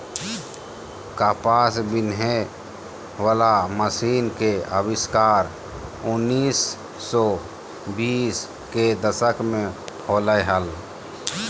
कपास बिनहे वला मशीन के आविष्कार उन्नीस सौ बीस के दशक में होलय हल